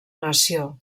nació